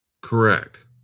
Correct